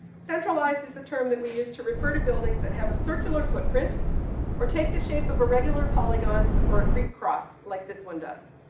centralized, is the term then we use to refer to buildings that have a circular footprint or take the shape of a regular polygon or a greek cross, like this one does.